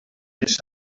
miss